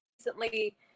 recently